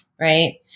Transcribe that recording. right